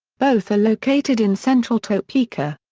both are located in central topeka.